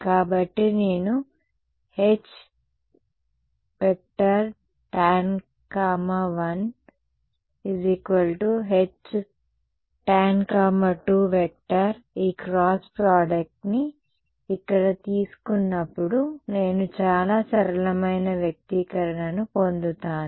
కాబట్టి నేను Htan1Htan2 ఈ క్రాస్ ప్రోడక్ట్ని ఇక్కడ తీసుకున్నప్పుడు నేను చాలా సరళమైన వ్యక్తీకరణను పొందుతాను